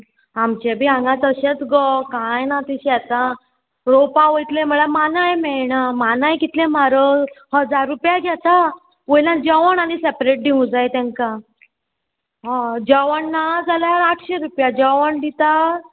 आमचे बी हांगा तशेंच गो कांय ना तशें येता रोवपा वयतलें म्हळ्यार मानाय मेळना मानाय कितलें म्हारग हजार रुपया घेता वयल्यान जेवण आनी सेपरेट दिवं जाय तेंका हय जेवण ना जाल्यार आठशें रुपया जेवण दिता